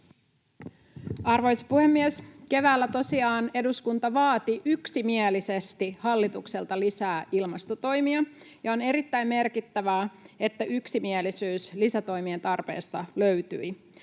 Arvoisa puhemies! Keväällä tosiaan eduskunta vaati yksimielisesti hallitukselta lisää ilmastotoimia, ja on erittäin merkittävää, että yksimielisyys lisätoimien tarpeesta löytyi.